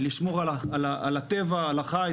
לשמור על הטבע, על החי.